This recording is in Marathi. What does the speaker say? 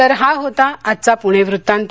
तर हा होता आजचा पुणे वृत्तांत